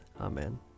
Amen